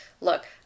look